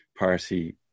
party